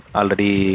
already